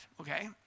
okay